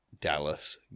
Dallas